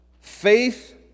faith